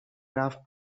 رفت